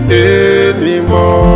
anymore